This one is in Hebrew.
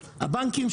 הבנקים,